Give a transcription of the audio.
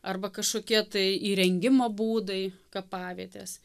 arba kažkokie tai įrengimo būdai kapavietės